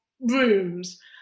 rooms